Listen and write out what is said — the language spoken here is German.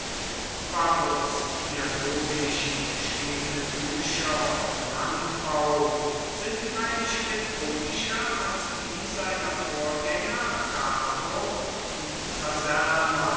varros dialogisch geschriebene bücher vom landbau sind freilich methodischer als die seiner vorgänger cato und saserna